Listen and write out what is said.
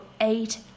eight